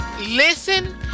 Listen